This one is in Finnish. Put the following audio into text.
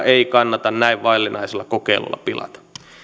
ei kannata näin vaillinaisella kokeilulla pilata